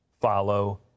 follow